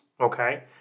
okay